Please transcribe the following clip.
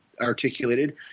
articulated